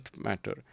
matter